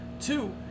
Two